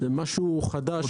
זה משהו חדש ברובו.